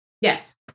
Yes